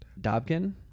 Dobkin